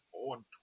on